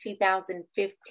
2015